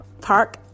Park